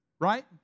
right